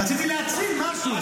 רציתי להציל משהו.